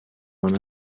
bon